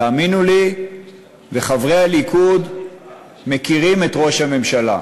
תאמינו לי, חברי הליכוד מכירים את ראש הממשלה,